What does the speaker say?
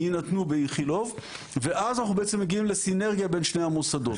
יינתנו באיכילוב ואז אנחנו בעצם מגיעים לסינרגיה בין שתי המוסדות,